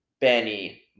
Benny